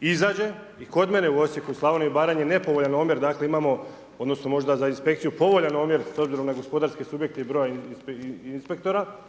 izađe i kod mene u Osijeku, u Slavoniji, Baranji, nepovoljan omjer, imamo, odnosno, možda za inspekciju povoljan omjer, s obzirom na gospodarski subjekt i broj inspektora